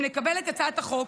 אם נקבל את הצעת החוק,